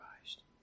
Christ